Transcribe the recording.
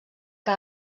que